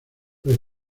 los